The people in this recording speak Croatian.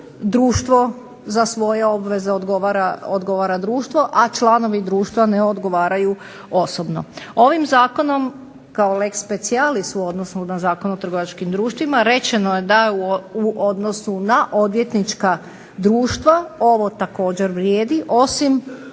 društvo za svoje obveze odgovara društvo, a članovi društva ne odgovaraju osobno. Ovim zakonom kao lex specialis u odnosu na Zakon o trgovačkim društvima rečeno je da u odnosu na odvjetnička društva ovo također vrijedi osim